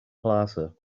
plaza